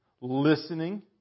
listening